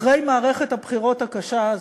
אחרי מערכת הבחירות הקשה הזאת,